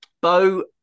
Bo